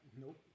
Nope